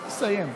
תסיים.